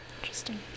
Interesting